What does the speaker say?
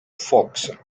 fox